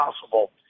possible